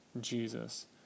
Jesus